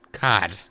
God